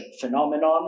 phenomenon